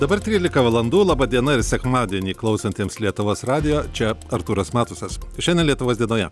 dabar trylika valandų laba diena ir sekmadienį klausantiems lietuvos radijo čia artūras matusas šiandien lietuvos dienoje